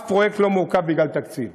אף פרויקט אחד לא מעוכב בגלל תקציב.